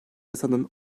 yasanın